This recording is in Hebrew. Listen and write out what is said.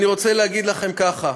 אני רוצה להגיד לכם ככה: